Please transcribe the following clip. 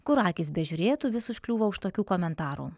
kur akys bežiūrėtų vis užkliūva už tokių komentarų